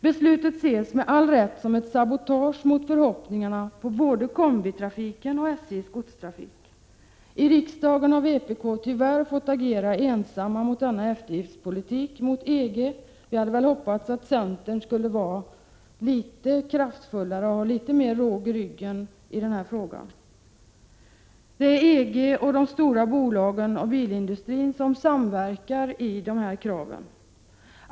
Beslutet ses, med all rätt, som ett sabotage mot förhoppningarna både när det gäller kombitrafiken och när det gäller SJ:s godstrafik. I riksdagen har vi i vpk, tyvärr, fått agera ensamma mot denna eftergiftspolitik gentemot EG. Vi hade väl hoppats att centern skulle vara litet kraftfullare och ha litet mera råg i ryggen i den här frågan. Det är EG, de stora bolagen och bilindustrin som samverkar i fråga om de här kraven.